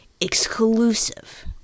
exclusive